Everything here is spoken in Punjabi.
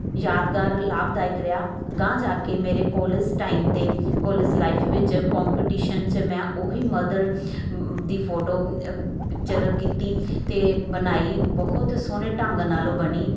ਯਾਦਗਾਰ ਲਾਭਦਾਇਕ ਰਿਹਾ ਅਗਾਂਹ ਜਾ ਕੇ ਮੇਰੇ ਕੋਲੇਜ ਟਾਈਮ 'ਤੇ ਕੋਲੇਜ ਲਾਈਫ ਵਿੱਚ ਕੰਪੀਟੀਸ਼ਨ 'ਚ ਮੈਂ ਉਹੀ ਮਦਰ ਦੀ ਫੋਟੋ ਪਿਚਰ ਕੀਤੀ ਅਤੇ ਬਣਾਈ ਬਹੁਤ ਸੋਹਣੇ ਢੰਗ ਨਾਲ ਉਹ ਬਣੀ